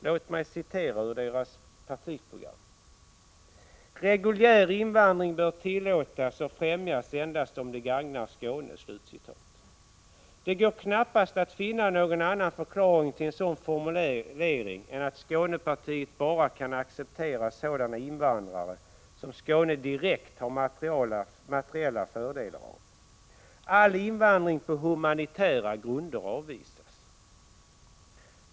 Låt mig citera ur dess partiprogram: ”Reguljär invandring bör tillåtas och främjas endast om det gagnar Skåne.” Det går knappast att finna någon annan förklaring till en sådan formulering än att Skånepartiet bara kan acceptera sådana invandrare som Skåne direkt har materiella fördelar av. All invandring på humanitära grunder avvisas.